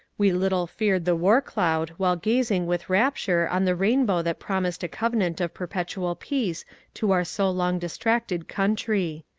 we little feared the war cloud while gazing with rapture on the rainbow that promised a covenant of perpetual peace to our so long distracted country.